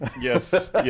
yes